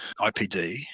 IPD